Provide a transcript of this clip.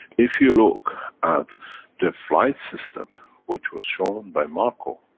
if you look at the flight system which was shown by marko,